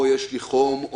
או יש לי חום,